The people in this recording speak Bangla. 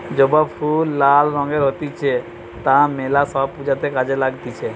জবা ফুল লাল রঙের হতিছে তা মেলা সব পূজাতে কাজে লাগতিছে